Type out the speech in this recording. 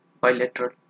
bilateral